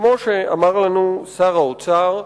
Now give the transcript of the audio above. כמו שאמר לנו שר האוצר,